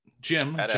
Jim